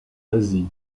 asie